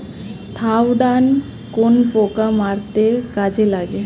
Thiodan কোন পোকা মারতে কাজে লাগে?